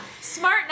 smart